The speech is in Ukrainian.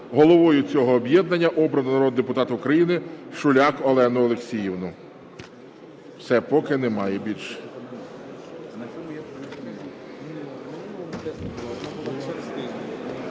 Головою цього об'єднання обрано народного депутата України Шуляк Олену Олексіївну.